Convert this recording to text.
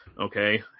okay